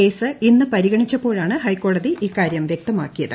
case ഇന്ന് പരിഗണിച്ചപ്പോഴാണ് ഹൈക്കോടതി ഇക്കാര്യം വ്യക്തമാക്കിയത്